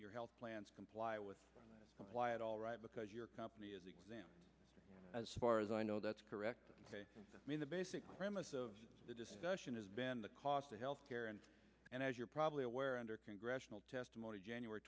your health plans comply with why it all right because your company is as far as i know that's correct i mean the basic premise of the discussion has been the cost of health care and and as you're probably aware under congressional testimony january